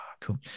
cool